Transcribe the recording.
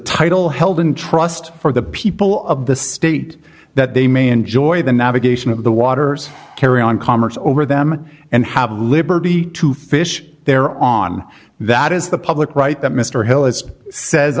title held in trust for the people of the state that they may enjoy the navigation of the waters carry on commerce over them and have liberty to fish there on that is the public right that mr hill it sa